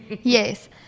Yes